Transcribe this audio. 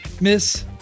Miss